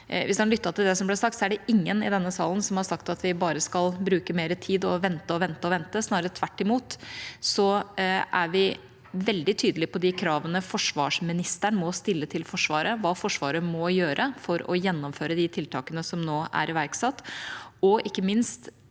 Hvis han lyttet til det som ble sagt, er det ingen i denne salen som har sagt at vi bare skal bruke mer tid og vente og vente og vente, snarere tvert imot. Vi er veldig tydelige på de kravene forsvarsministeren må stille til Forsvaret, og hva Forsvaret må gjøre for å gjennomføre de tiltakene som nå er iverksatt.